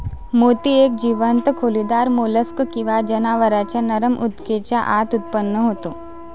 मोती एक जीवंत खोलीदार मोल्स्क किंवा जनावरांच्या नरम ऊतकेच्या आत उत्पन्न होतो